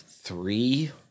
three